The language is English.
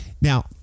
now